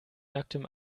nacktem